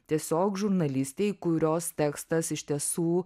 tiesiog žurnalistei kurios tekstas iš tiesų